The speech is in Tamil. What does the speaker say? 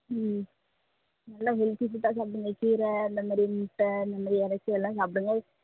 ம் நல்லா ஹெல்த்தி ஃபுட்டாக சாப்பிடுங்க கீரை அந்த மாதிரி முட்டை அந்த மாதிரி எறைச்சி எல்லாம் சாப்பிடுங்க